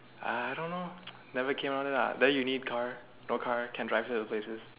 I don't know never came out of it lah then you need car no car can drive to many places